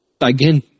again